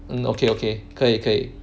mm okay okay 可以可以